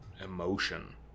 emotion